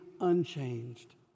unchanged